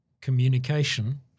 communication